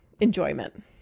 enjoyment